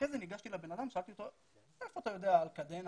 אחרי זה ניגשתי לבן אדם ושאלתי אותו מאיפה הוא יודע על 'קדנה',